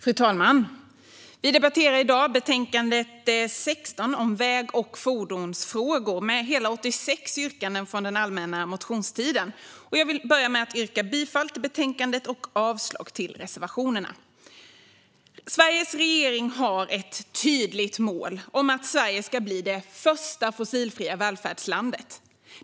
Fru talman! Vi debatterar i dag betänkande TU16 Väg och fordonsfrågor med hela 86 yrkanden från den allmänna motionstiden. Jag vill börja med att yrka bifall till utskottets förslag och avslag på reservationerna. Sveriges regering har ett tydligt mål: Sverige ska bli det första fossilfria välfärdslandet.